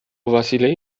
وسیلهای